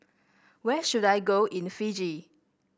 where should I go in Fiji